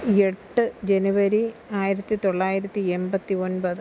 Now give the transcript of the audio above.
എട്ട് ജെനുവരി ആയിരത്തി തൊള്ളായിരത്തി എൺപത്തി ഒൻപത്